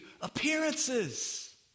appearances